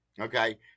okay